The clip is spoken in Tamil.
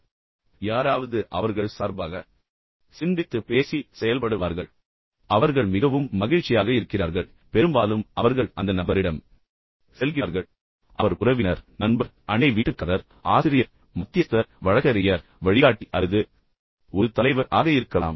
உண்மையில் யாராவது அவர்கள் சார்பாக சிந்தித்து பேசி செயல்படுவார்கள் ஆனால் அவர்கள் மிகவும் மகிழ்ச்சியாக இருக்கிறார்கள் பெரும்பாலும் அவர்கள் அந்த நபரிடம் செல்கிறார்கள் அவர் உறவினர் நண்பர் அண்டை வீட்டுக்காரர் ஆசிரியர் மத்தியஸ்தர் வழக்கறிஞர் வழிகாட்டி அல்லது ஒரு தலைவர் ஆக இருக்கலாம்